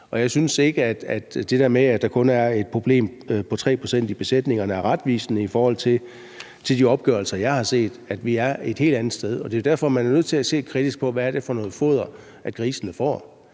det der med, at det kun er et problem i 3 pct. af besætningerne, er retvisende i forhold til de opgørelser, jeg har set. Vi er et helt andet sted, og det er jo derfor, man er nødt til at se kritisk på, hvad det er for noget foder, grisene får.